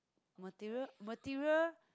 material material